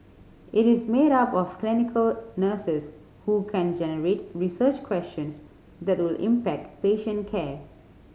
it is made up of clinical nurses who can generate research questions that will impact patient care